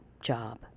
job